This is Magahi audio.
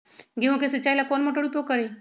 गेंहू के सिंचाई ला कौन मोटर उपयोग करी?